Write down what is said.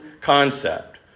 concept